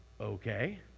Okay